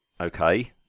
okay